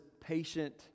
patient